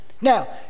now